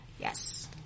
yes